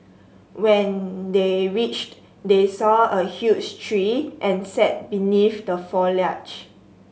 when they reached they saw a huge tree and sat beneath the foliage